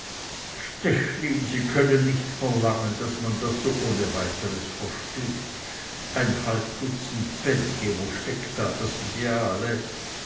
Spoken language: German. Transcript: stechlin sie können nicht verlangen daß man das so ohne weiteres versteht ein halb dutzend bälge wo steckt da das ideale